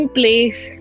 place